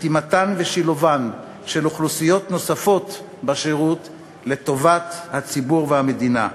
רתימתן ושילובן של אוכלוסיות נוספות לשירות לטובת הציבור והמדינה.